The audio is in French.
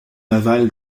navale